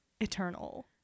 eternal